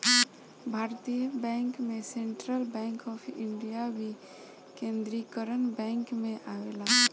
भारतीय बैंकों में सेंट्रल बैंक ऑफ इंडिया भी केन्द्रीकरण बैंक में आवेला